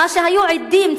מה שהיו עדים לו,